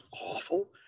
awful